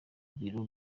biro